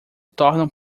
tornam